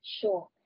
Sure